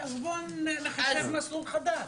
אז בוא נחשב מסלול מחדש.